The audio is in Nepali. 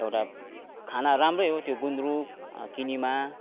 एउटा खाना राम्रै हो त्यो गुन्द्रुक किनेमा